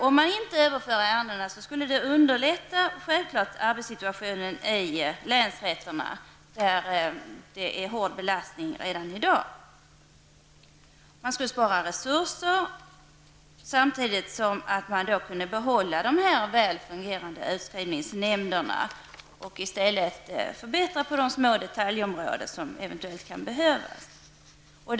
Om man inte överför ärenden skulle det självklart underlätta arbetssituationen i länsrätterna, där belastningen är hård redan i dag. Man skulle spara resurser samtidigt som man kunde behålla de väl fungerande utskrivningsnämnderna. I stället skulle man kunna göra de förbättringar som eventuellt kan behövas på små detaljområden.